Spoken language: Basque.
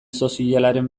sozialaren